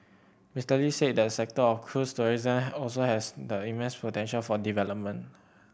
Mister Lee said the sector of cruise tourism also has immense potential for development